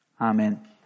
Amen